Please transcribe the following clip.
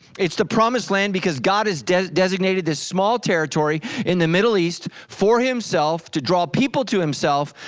it's the promised land because god has designated this small territory in the middle east, for himself to draw people to himself,